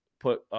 Put